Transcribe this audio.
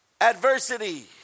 adversity